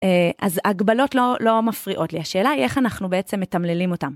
אז הגבלות לא מפריעות לי, השאלה היא איך אנחנו בעצם מתמללים אותם.